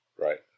Right